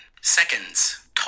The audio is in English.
seconds